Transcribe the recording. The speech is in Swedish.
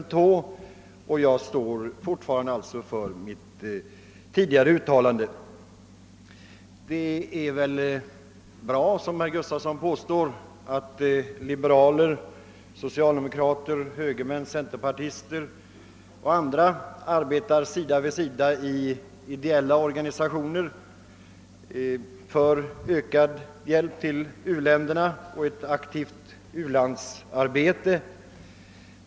Jag står alltså fortfarande för mitt uttalande. Det är väl bra att, som herr Gustafson påstår, liberaler, socialdemokrater, högermän, centerpartister och andra arbetar sida vid sida i ideella organisationer för ökad hjälp till u-länderna och ett aktivt u-landsarbete över huvud taget.